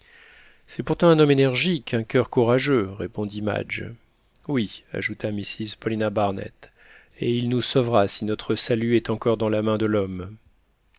c'est pourtant un homme énergique un coeur courageux répondit madge oui ajouta mrs paulina barnett et il nous sauvera si notre salut est encore dans la main de l'homme